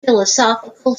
philosophical